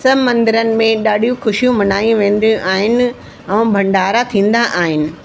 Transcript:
सभु मंदरनि में ॾाढियूं ख़ुशियूं मनायूं वेंदियूं आहिनि ऐं भंडारा थींदा आहिनि